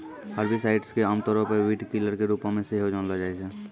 herbicides के आमतौरो पे वीडकिलर के रुपो मे सेहो जानलो जाय छै